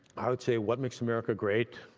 i would say what makes america great?